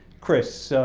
chris, so